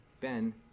Ben